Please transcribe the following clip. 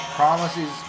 promises